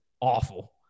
Awful